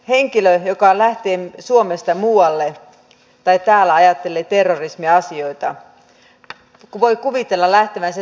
henkilö joka lähtee suomesta muualle tai täällä ajattelee terrorismiasioita voi kuvitella lähtevänsä seikkailemaan